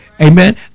amen